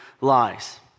lies